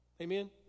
Amen